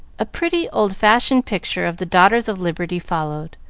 a pretty, old-fashioned picture of the daughters of liberty followed,